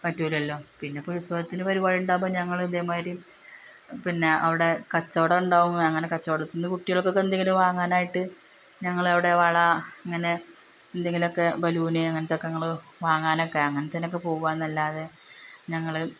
പറ്റില്ലല്ലോ പിന്നെ ഇപ്പോൾ ഉത്സവത്തിന് പരിപാടി ഉണ്ടാവുമ്പോൾ ഞങ്ങൾ ഇതേ മാതിരി പിന്നെ അവിടെ കച്ചവടം ഉണ്ടാവും അങ്ങനെ കച്ചവടത്തിന് കുട്ടികൾക്കൊക്കെ എന്തെങ്കിലൊക്കെ വാങ്ങാനായിട്ട് ഞങ്ങളവിടെ വള അങ്ങനെ എന്തെങ്കിലൊക്കെ ബലൂണ് അങ്ങനെത്തെയൊക്കെ ഞങ്ങൾ വാങ്ങാനൊക്കെ അങ്ങനെത്തേതിനൊക്കെ പോവുക എന്നല്ലാതെ ഞങ്ങൾ